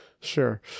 Sure